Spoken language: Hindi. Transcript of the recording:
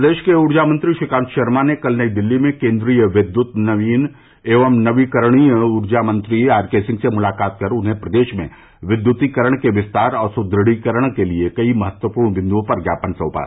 प्रदेष के ऊर्जा मंत्री श्रीकांत षर्मा ने कल नई दिल्ली में केन्द्रीय विद्युत नवीन एवं नवीकरणीय ऊर्जा मंत्री आर के सिंह से मुलाकात कर उन्हें प्रदेष में विद्युतीकरण के विस्तार और सुद्रढ़ीकरण के लिए कई महत्वपूर्ण बिंदुओं पर ज्ञापन सौंपा